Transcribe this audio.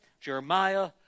Jeremiah